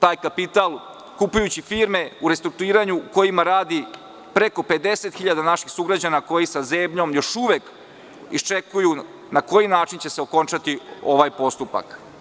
taj kapital, kupujući firme u restrukturiranju u kojima radi preko 50.000 naših sugrađana koji još uvek sa zebnjom iščekuju na koji način će se okončati ovaj postupak.